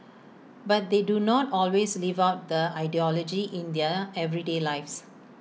but they do not always live out the ideology in their everyday lives